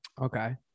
Okay